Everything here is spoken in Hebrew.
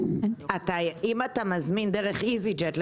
אם אתה מזמין דרך איזיג'ט,